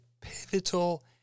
pivotal